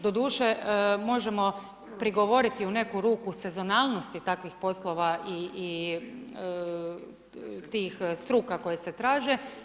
Doduše možemo prigovoriti u neku ruku sezonalnosti takvih poslova i tih struka koje se traže.